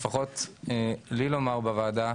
לפחות לי לומר בוועדה,